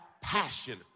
passion